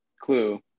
Clue